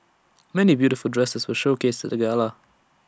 many beautiful dresses were showcased at the gala